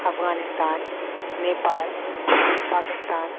Afghanistan Nepal Pakistan